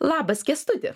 labas kęstuti